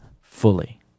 fully